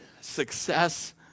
success